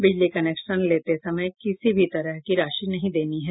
बिजली कनेक्शन लेते समय किसी भी तरह की राशि नहीं देनी है